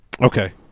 Okay